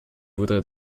voudrais